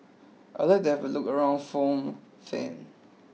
I like they have look around Phnom Penh